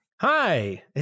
Hi